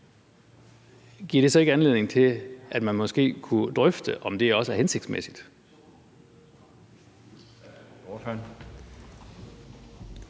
giver det så ikke anledning til, at man måske kunne drøfte, om det også er hensigtsmæssigt?